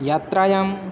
यात्रायाम्